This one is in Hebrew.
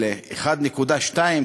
של 1.2,